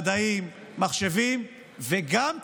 מדעים, מחשבים, וגם ציונות: